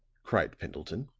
cried pendleton.